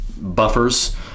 buffers